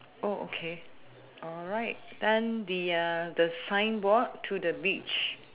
oh okay alright then the uh the signboard to the beach